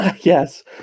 Yes